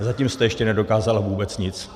Zatím jste ještě nedokázala vůbec nic.